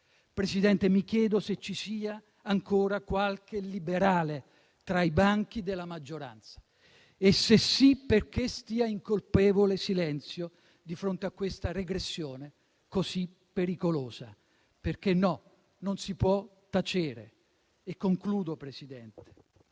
Presidente, mi chiedo se ci sia ancora qualche liberale tra i banchi della maggioranza; e, se sì, perché stia in colpevole silenzio di fronte a questa regressione così pericolosa. Perché no, non si può tacere. Signor Presidente,